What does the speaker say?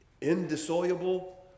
indissoluble